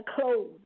clothes